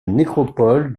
nécropole